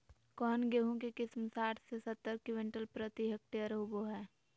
कौन गेंहू के किस्म साठ से सत्तर क्विंटल प्रति हेक्टेयर होबो हाय?